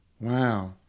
Wow